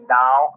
now